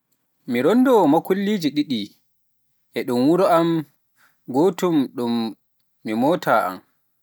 mi rondo makullije ɗiɗi, e ɗun wuro am, gootum ɗun motaawa am.